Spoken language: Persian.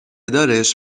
دارش